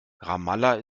ramallah